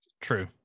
True